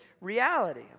reality